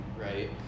right